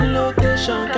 location